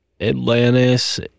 Atlantis